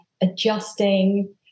adjusting